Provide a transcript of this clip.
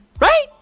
Right